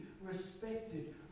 respected